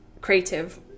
creative